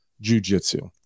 jiu-jitsu